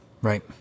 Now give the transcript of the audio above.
Right